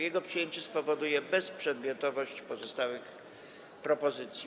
Jego przyjęcie spowoduje bezprzedmiotowość pozostałych propozycji.